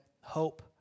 hope